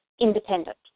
independent